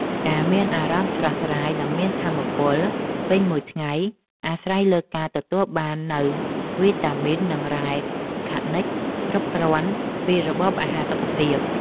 ការមានអារម្មណ៍ស្រស់ស្រាយនិងមានថាមពលពេញមួយថ្ងៃអាស្រ័យទៅលើការទទួលបាននូវវីតាមីននិងរ៉ែខនិកគ្រប់គ្រាន់ពីរបបអាហារសុខភាព។